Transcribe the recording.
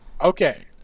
okay